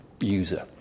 user